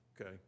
okay